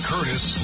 Curtis